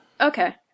Okay